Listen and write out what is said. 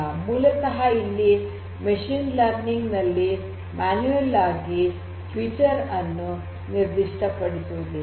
ಮೂಲತಃ ಇಲ್ಲಿ machine learning ನಲ್ಲಿ ಮಾನ್ಯುಯಲ್ ಆಗಿ ಫೀಚರ್ ಅನ್ನು ನಿರ್ದಿಷ್ಟ ಪಡಿಸುವುದಿಲ್ಲ